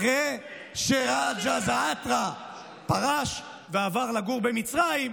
אחרי שרג'א זעאתרה פרש ועבר לגור במצרים,